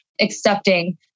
accepting